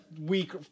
week